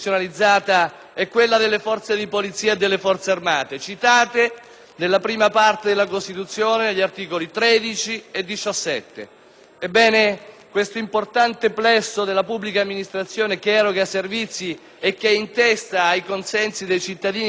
è quella delle forze di polizia e delle Forze armate, citate nella prima parte della Costituzione negli articoli 13 e 17. Ebbene, questo importante plesso della pubblica amministrazione, che eroga servizi ed è in testa ai consensi dei cittadini italiani,